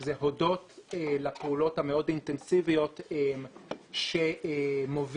זה הודות לפעולות המאוד אינטנסיביות שמובילים